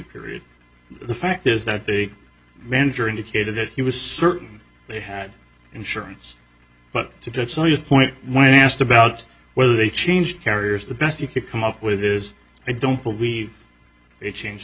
period the fact is that the manager indicated that he was certain they had insurance but to it's not just point when asked about whether they changed carriers the best you could come up with is i don't believe it changed